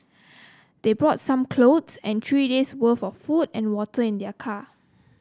they brought some clothes and three days' worth of food and water in their car